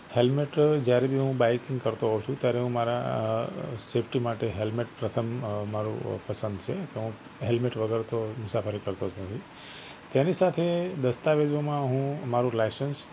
helmet જયારે બી હું બાઈકિંગ કરતો હોઉં છું ત્યારે હું મારા સેફ્ટી માટે હૅલ્મેટ પ્રથમ મારું પસંદ છે તો હું હૅલ્મેટ વગર તો મુસાફરી કરતો જ નથી તેની સાથે દસ્તાવેજોમાં હું મારું લાઇસન્સ